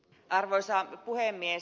arvoisa puhemies